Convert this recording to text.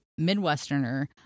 Midwesterner